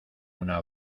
una